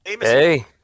Hey